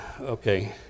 okay